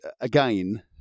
again